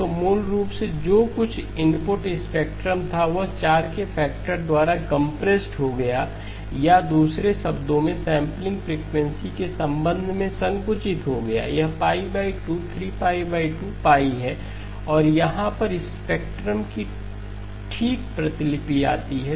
तो मूल रूप से जो कुछ भी इनपुट स्पेक्ट्रम था वह 4 के फैक्टर द्वारा कंप्रेस्ड हो गया या दूसरे शब्दों में सैंपलिंग फ्रीक्वेंसी के संबंध में संकुचित हो गया यह 232 π है और यहाँ पर स्पेक्ट्रम की ठीक प्रतिलिपि आती है